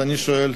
ואני שואל,